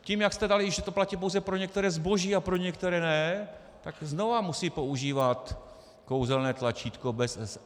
Tím, jak jste dali, že to platí pouze pro některé zboží a pro některé ne, tak znova musí používat kouzelné tlačítko bez EET.